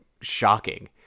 shocking